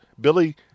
Billy